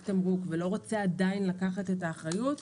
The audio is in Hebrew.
תמרוק ועדיין לא רוצה לקחת את האחריות,